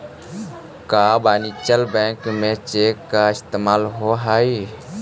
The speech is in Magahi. का वाणिज्य बैंक में चेक के इस्तेमाल होब हई?